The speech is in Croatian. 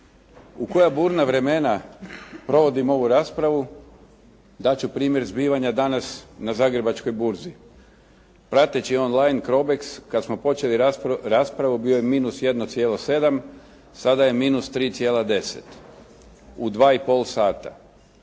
U koja burna vremena provodimo ovu raspravu dat ću primjer zbivanja danas na zagrebačkoj burzi. Prateći «On line Crobex» kad smo počeli raspravu bio je minus 1,7, sada je minus 3,10. U dva